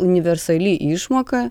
universali išmoka